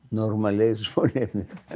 normaliais žmonėmis